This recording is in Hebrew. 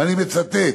ואני מצטט: